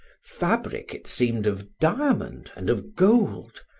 fabric it seem'd of diamond, and of gold,